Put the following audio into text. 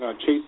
Chase